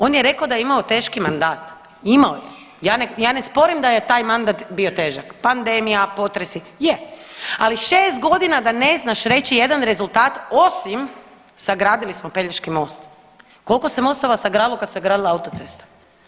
On je rekao da je imao teški mandat, imao je, ja ne, ja ne sporim da je taj mandat bio težak, pandemija, potresi, je, ali 6.g. da ne znaš reći jedan rezultat osim sagradili smo Pelješki most, kolko se mostova sagradilo kad se gradila autocesta?